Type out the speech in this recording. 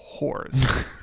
whores